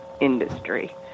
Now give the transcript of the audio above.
industry